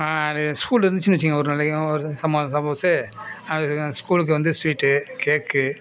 அது ஸ்கூல் இருந்துச்சுன்னு வெச்சுங்க ஒரு நிலையும் அது சப்போஸ்ஸு ஸ்கூலுக்கு வந்து ஸ்வீட்டு கேக்கு